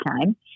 time